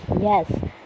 yes